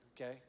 okay